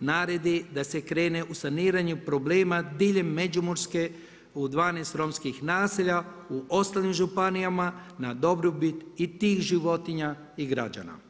naredi da se krene u saniranje problema diljem Međimurske u 12 romskih naselja, u ostalim županijama na dobrobit i tih životinja i građana.